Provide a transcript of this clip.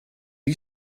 you